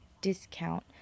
discount